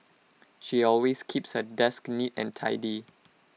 she always keeps her desk neat and tidy